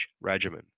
regimen